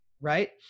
right